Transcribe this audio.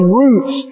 roots